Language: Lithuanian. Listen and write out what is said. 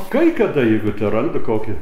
kai kada jeigu ten randu kokį